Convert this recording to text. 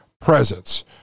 presence